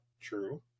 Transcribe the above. true